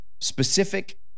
specific